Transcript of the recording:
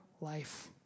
life